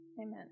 Amen